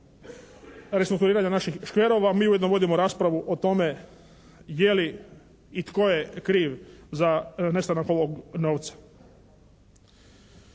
restrukturiranja naših škverova mi ujedno vodimo raspravu o tome je li i tko je kriv za nestanak ovog novca.